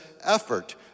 effort